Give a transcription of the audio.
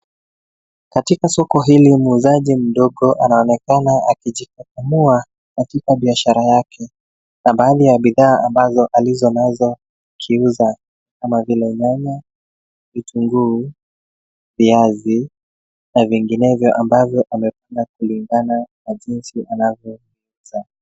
Katika soko hili muuzaji mdogo anaonekana akijikakamua katika biashara yake na baadhi ya bidhaa ambazo alizonazo akiuza, kama vile nyanya, vitunguu ,viazi na vinginevyo ambavyo amepanga kulingana na jinsi anavyo uza.